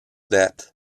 death